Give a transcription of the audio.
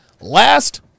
last